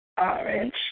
Orange